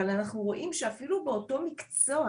אבל אנחנו רואים שאפילו באותו המקצוע